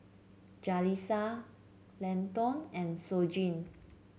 Jalisa Leighton and Shoji